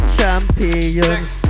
Champions